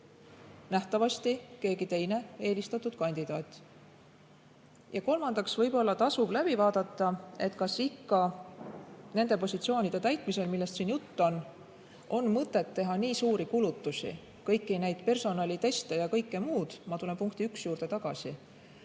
nähtavasti keegi teine eelistatud kandidaat. Ja kolmandaks, võib-olla tasub üle vaadata, kas ikka nende positsioonide täitmisel, millest siin jutt käib, on mõtet teha nii suuri kulutusi, kõiki neid personaliteste ja muud. Ma tulen esimese punkti juurde tagasi.